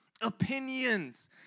opinions